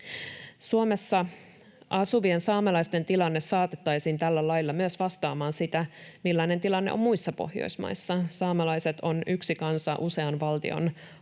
Suomessa asuvien saamelaisten tilanne saatettaisiin tällä lailla myös vastaamaan sitä, millainen tilanne on muissa Pohjoismaissa. Saamelaiset ovat yksi kansa usean valtion